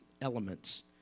elements